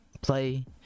play